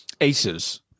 Aces